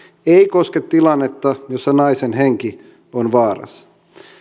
ei koske tilannetta jossa naisen henki on vaarassa